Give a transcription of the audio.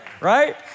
right